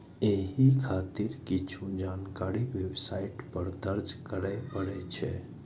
एहि खातिर किछु जानकारी वेबसाइट पर दर्ज करय पड़ै छै